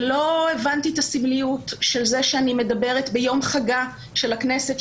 ולא הבנתי את הסמליות של זה שאני מדברת ביום חגה של הכנסת,